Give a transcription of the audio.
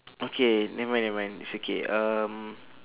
okay nevermind nevermind it's okay um